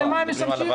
למה הם משמשים.